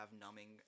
numbing